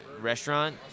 restaurant